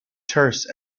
terse